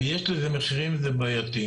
ויש לזה מחירים, זה בעייתי.